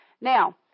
Now